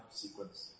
sequence